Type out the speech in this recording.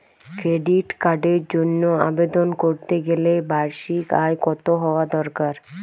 Credit কার্ডের জন্য আবেদন করতে গেলে বার্ষিক আয় কত হওয়া দরকার?